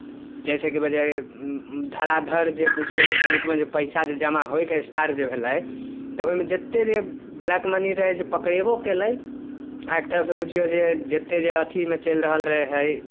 जाहिसँ कि वजह धड़ाधड़ जे बुझिऔ जे बैँकमे जे पइसा जे जमा होइके स्टार्ट जे भेलै तऽ ओहिमे जतेक जे ब्लैक मनी रहै जे पकड़ेबो कएलै आओर एक तरहसँ बुझिऔ जे जतेक जे अथीमे चलि रहल रहै